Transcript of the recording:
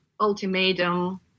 ultimatum